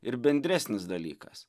ir bendresnis dalykas